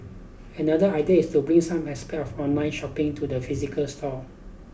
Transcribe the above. another idea is to bring some aspect of online shopping to the physical stores